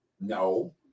No